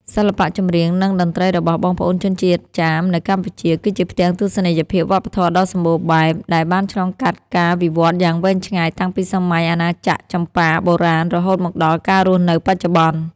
សិល្បៈចម្រៀង និងតន្ត្រីរបស់បងប្អូនជនជាតិចាមនៅកម្ពុជា គឺជាផ្ទាំងទស្សនីយភាពវប្បធម៌ដ៏សម្បូរបែប ដែលបានឆ្លងកាត់ការវិវត្តយ៉ាងវែងឆ្ងាយតាំងពីសម័យអាណាចក្រចម្ប៉ាបុរាណ រហូតមកដល់ការរស់នៅបច្ចុប្បន្ន។